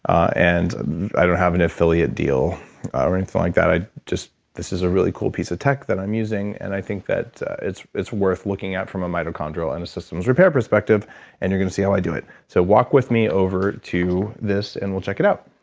and i don't have an affiliate deal or anything like that. this is a really cool piece of tech that i'm using and i think that it's it's worth looking at from a mitochondrial and a systems repair perspective and you're going to see how i do it. so, walk with me over to this and we'll check it out